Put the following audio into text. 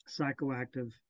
Psychoactive